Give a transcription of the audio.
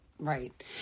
Right